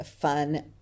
fun